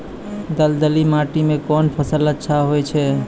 दलदली माटी म कोन फसल अच्छा होय छै?